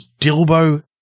Dilbo